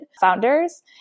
founders